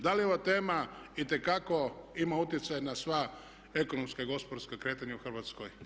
Da li ova tema itekako ima utjecaj na sva ekonomska i gospodarska kretanja u Hrvatskoj?